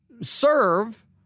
serve